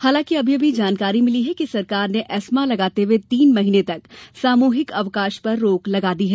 हालांकि अभी अभी जानकारी मिली है कि सरकार ने एस्मा लगाते हुये तीन महीने तक सामुहिक अवकाश पर रोक लगा दी है